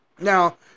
Now